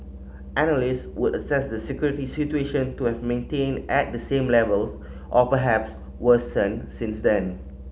analyst would assess the security situation to have maintained at the same levels or perhaps worsened since then